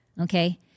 okay